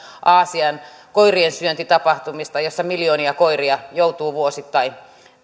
aasian koiriensyöntitapahtumista joissa miljoonia koiria joutuu vuosittain